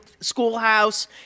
schoolhouse